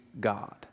God